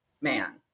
man